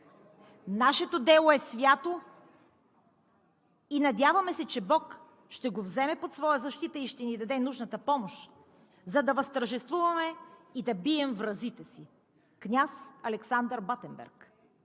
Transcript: „Нашето дело е свято и, надяваме се, че Бог ще го вземе под своя защита и ще ни даде нужната помощ, за да възтържествуваме и да бием вразите си!“ – княз Александър Батенберг.